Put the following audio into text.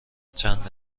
چند